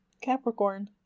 Capricorn